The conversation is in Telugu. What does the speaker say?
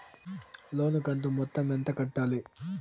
లోను కంతు మొత్తం ఎంత కట్టాలి?